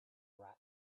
rat